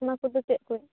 ᱢᱟ ᱛᱚᱵᱮ ᱪᱮᱫ ᱠᱩᱡ